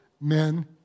men